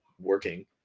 working